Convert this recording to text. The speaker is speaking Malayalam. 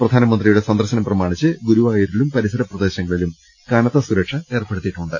പ്രധാനമന്ത്രിയുടെ സന്ദർശനം പ്രമാണിച്ച് ഗുരു വായൂരിലും പരിസരപ്രദേശങ്ങളിലും കനത്ത സുരക്ഷഏർപ്പെടുത്തിയിട്ടുണ്ട്